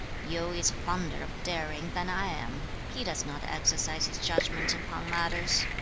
yu is fonder of daring than i am. he does not exercise his judgment upon matters